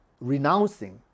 renouncing